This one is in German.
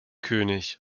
könig